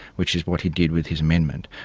which is what he did with his amendment.